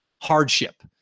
hardship